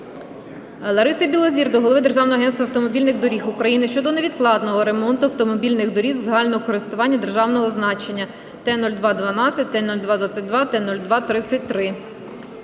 Лариси Білозір до голови Державного агентства автомобільних доріг України щодо невідкладного ремонту автомобільних доріг загального користування державного значення Т-02-12, Т-02-22, Т-02-33.